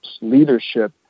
leadership